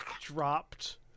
dropped